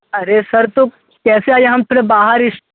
अरे सर तो कैसे आएँ हम थोड़ा बाहर इस